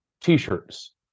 t-shirts